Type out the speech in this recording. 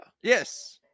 Yes